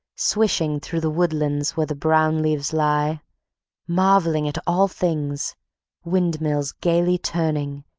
swishing through the woodlands where the brown leaves lie marveling at all things windmills gaily turning,